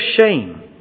shame